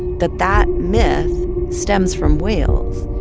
that that myth stems from whales?